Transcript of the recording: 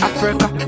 Africa